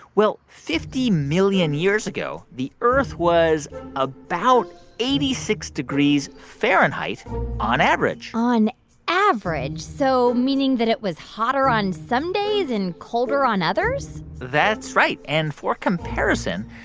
well, fifty million years ago, the earth was about eighty six degrees fahrenheit on average on average, so meaning that it was hotter on some days and colder on others? that's right. and for comparison,